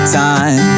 time